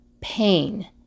pain